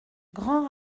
grand